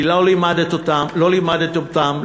כי לא לימדתם אותם,